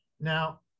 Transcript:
Now